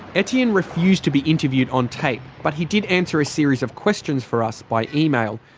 etienne refused to be interviewed on tape but he did answer a series of questions for us by email.